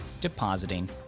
depositing